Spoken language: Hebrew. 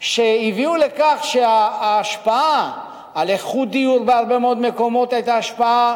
שהביאו לכך שההשפעה על איכות דיור בהרבה מאוד מקומות היתה השפעה,